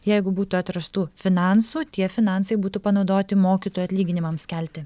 jeigu būtų atrastų finansų tie finansai būtų panaudoti mokytojų atlyginimams kelti